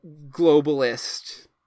globalist